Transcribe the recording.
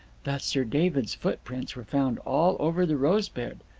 that sir david's footprints were found all over the rose-bed.